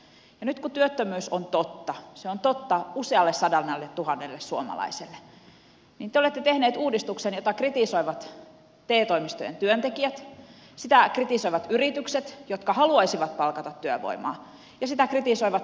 ja nyt kun työttömyys on totta se on totta usealle sadalletuhannelle suomalaiselle niin te olette tehneet uudistuksen jota kritisoivat te toimistojen työntekijät sitä kritisoivat yritykset jotka haluaisivat palkata työvoimaa ja sitä kritisoivat työttömät ihmiset